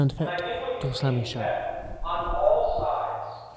and i think what you see in tet on all sides